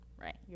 right